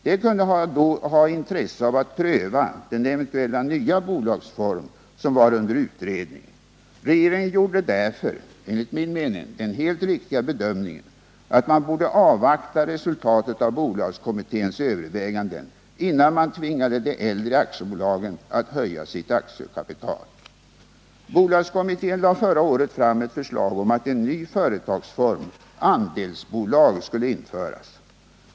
De kunde då ha intresse av att pröva den eventuella nya bolagsform som var under utredning. Regeringen gjorde därför den enligt min mening helt riktiga bedömningen att man borde avvakta resultatet av bolagskommitténs över väganden, innan man tvingade de äldre aktiebolagen att höja sitt aktiekapital. Bolagskommittén lade förra året fram ett förslag om att en ny företagsform, andelsbolag, skulle införas.